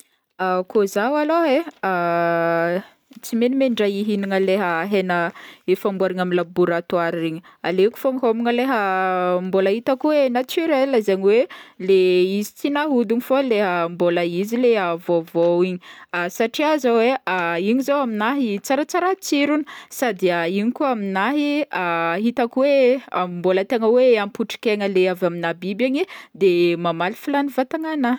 Koa zaho alôha e, tsy manimenindraha ihignana leha hegna efa amboarigna amy laboratoara regny, aleoko fogno homagna leha mbola hitako hoe naturel zegny hoe le izy tsy nahodigny, fô leha mbola izy leha vaovao igny satria zao aminahy tsaratsara tsirony sady igny koa amignahy tsaratsara tsirony sady igny koa amignahy hitako hoe mbola tegna hoa ampy otrik'aigna le avy amina biby igny de mamaly filàn'ny vatagnan'anahy.